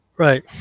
Right